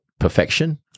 Perfection